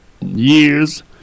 years